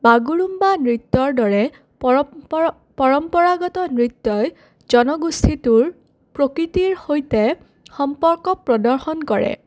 বাগৰুম্বা নৃত্যৰ দৰে পৰম্প পৰম্পৰাগত নৃত্যই জনগোষ্ঠীটোৰ প্ৰকৃতিৰ সৈতে সম্পৰ্ক প্ৰদৰ্শন কৰে